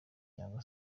cyangwa